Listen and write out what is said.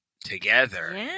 together